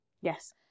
Yes